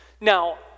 Now